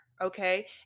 okay